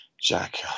jack